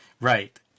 right